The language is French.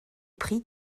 prix